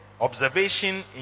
Observation